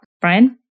Brian